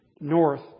north